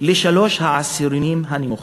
לשלושה העשירונים הנמוכים.